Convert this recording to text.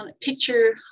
picture